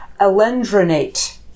alendronate